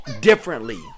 differently